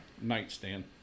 nightstand